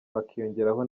hakiyongeraho